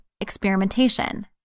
experimentation